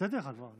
נתת לך כבר.